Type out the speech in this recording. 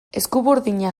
eskuburdinak